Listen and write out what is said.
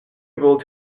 able